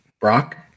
Brock